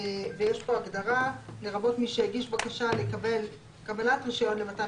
ויש פה הגדרה: "לרבות מי שהגיש בקשה לקבלת רישיון למתן